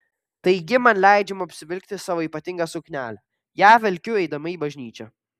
taigi man leidžiama apsivilkti savo ypatingą suknelę ją vilkiu eidama į bažnyčią